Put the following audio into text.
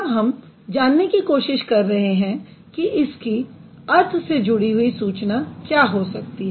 तब हम जानने की कोशिश कर रहे हैं कि इसके अर्थ से जुड़ी हुई सूचना क्या हो सकती है